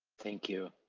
thank you.